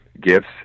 gifts